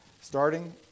starting